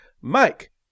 Mike